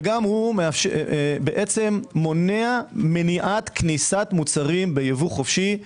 וגם הוא בעצם מונע מניעת כניסת מוצרים בייבוא חופשי,